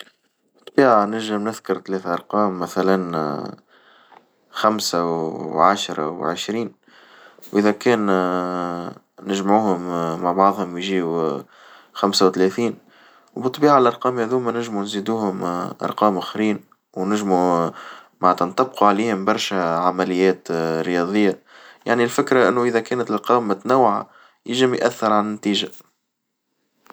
بالطبيعة نجم نذكر ثلاثة أرقام مثلًا خمسة وعشرة وعشرين، وإذا كان نجمعوهم مع بعضهم يجيو خمسة وثلاثين، وبالطبيعة الأرقام هاذوما نجمو نزيدوهم أرقام آخرين، ونجمو معنتها نطبقو عليهم برشا عمليات رياضية يعني الفكرة إنه إذا كانت الأرقام متنوعة يجم يأثر على النتيجة.